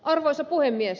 arvoisa puhemies